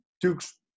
Duke's